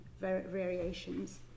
variations